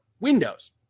Windows